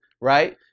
right